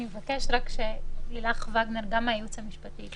אני אבקש רק לתת ללילך וגנר מהייעוץ המשפטי.